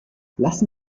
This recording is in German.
lassen